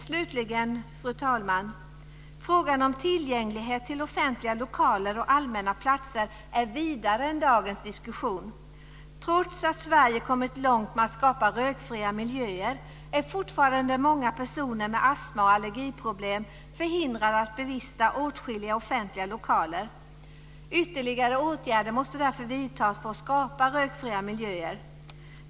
Slutligen vill jag säga att frågan om tillgänglighet till offentliga lokaler och allmänna platser är vidare än dagens diskussion. Trots att Sverige kommit långt med att skapa rökfria miljöer är fortfarande många personer med astma och allergiproblem förhindrade att bevista åtskilliga offentliga lokaler. Ytterligare åtgärder måste därför vidtas för att skapa rökfria miljöer.